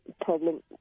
problem